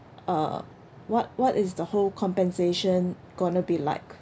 uh what what is the whole compensation gonna be like